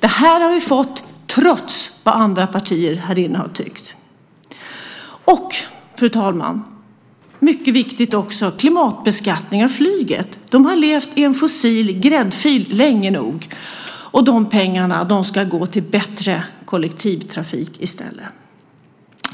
Det här har vi fått trots vad andra partier här inne har tyckt. Fru talman! Mycket viktig är också klimatbeskattning av flyget. Det har levt i en fossil gräddfil länge nog. De pengarna ska gå till bättre kollektivtrafik i stället.